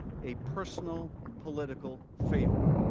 a personal political favor.